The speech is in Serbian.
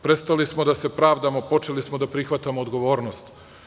Prestali smo da se pravdamo, a počeli smo da prihvatamo odgovornost.